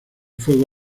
fuego